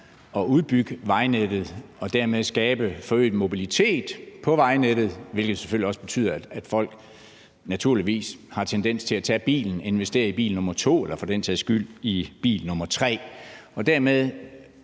at udbygge vejnettet og dermed skabe en forøget mobilitet på vejnettet, hvilket selvfølgelig også betyder, at folk har en tendens til at tage bilen, investere i bil nr. 2 eller for den sags skyld i bil nr. 3, og dermed